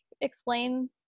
explain